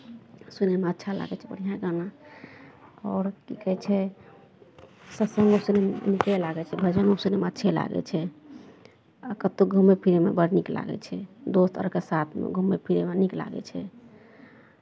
सुनैमे अच्छा लागै छै बढ़िआँ गाना आओर की कहै छै सत्संगो सुनयमे नीके लागै छै भजनो सुनयमे अच्छे लागै छै आ कतहु घुमय फिरयमे बड्ड नीक लागै छै दोस्त अरके साथमे घूमय फिरयमे नीक लागै छै